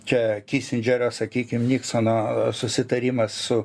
čia kisindžerio sakykim niksono susitarimas su